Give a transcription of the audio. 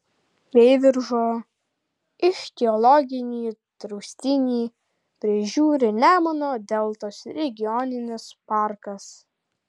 veiviržo ichtiologinį draustinį prižiūri nemuno deltos regioninis parkas